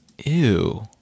Ew